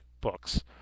books